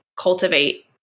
cultivate